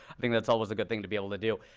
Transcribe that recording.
i think that's always a good thing to be able to do.